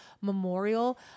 memorial